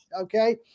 Okay